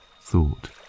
thought